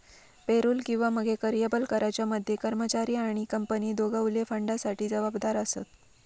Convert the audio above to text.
payroll किंवा मगे कर्यबल कराच्या मध्ये कर्मचारी आणि कंपनी दोघवले फंडासाठी जबाबदार आसत